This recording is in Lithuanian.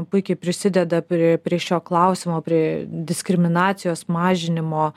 puikiai prisideda prie prie šio klausimo prie diskriminacijos mažinimo